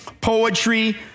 poetry